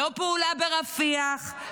לא פעולה ברפיח,